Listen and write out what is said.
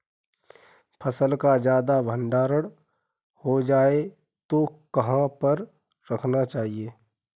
फसल का ज्यादा भंडारण हो जाए तो कहाँ पर रखना चाहिए?